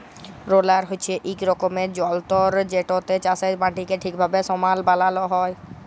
roller হছে ইক রকমের যল্তর যেটতে চাষের মাটিকে ঠিকভাবে সমাল বালাল হ্যয়